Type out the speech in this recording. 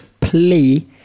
play